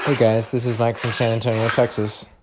guys. this is mike from san antonio, texas,